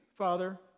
father